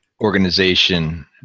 organization